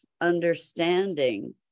understanding